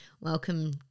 welcome